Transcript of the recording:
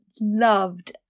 loved